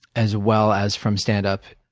as well as from standup,